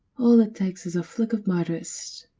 all it takes is a flick of my wrist,